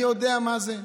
אני יודע מה זה.